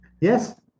yes